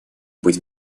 быть